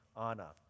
Anna